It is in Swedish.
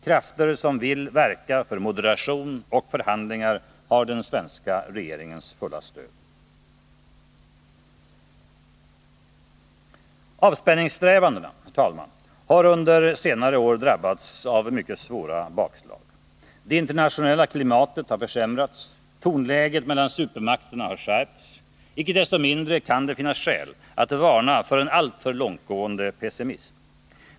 Krafter som vill verka för moderation och förhandlingar har den svenska regeringens fulla stöd. Herr talman! Avspänningssträvandena har under senare år drabbats av mycket svåra bakslag. Det internationella klimatet har försämrats, tonläget mellan supermakterna har skärpts. Inte desto mindre kan det finnas skäl att varna för en alltför långtgående pessimism.